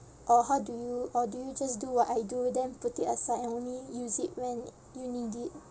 or how do you or do you just do what I do then put it aside and only use it when you need it